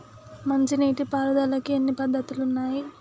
మంచి నీటి పారుదలకి ఎన్ని పద్దతులు ఉన్నాయి?